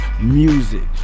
music